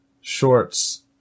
shorts